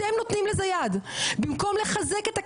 אתם נותנים לזה יד במקום לחזק את הכנסת,